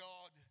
God